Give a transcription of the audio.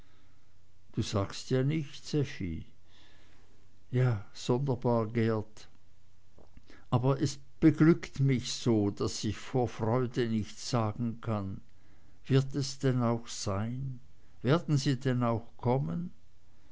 du sagst ja nichts effi ja sonderbar geert aber es beglückt mich so daß ich vor freude nichts sagen kann wird es denn auch sein werden sie denn auch kommen